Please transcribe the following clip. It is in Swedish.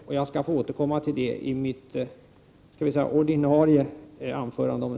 Om en stund skall jag alltså återkomma till detta i mitt anförande.